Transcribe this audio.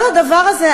כל הדבר הזה,